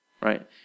right